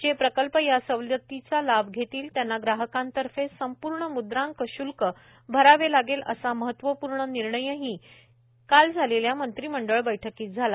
जे प्रकल्प या सवलतीचा लाभ घेतील त्यांना ग्राहकांतर्फ संपूर्ण मुद्रांक शुल्क भरावे लागेल असा महत्त्वपूर्ण निर्णयही काल झालेल्या मंत्रिमंडळ बैठकीत झाला